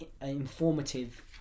informative